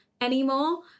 anymore